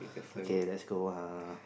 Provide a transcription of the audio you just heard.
okay let's go uh